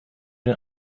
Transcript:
den